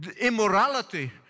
Immorality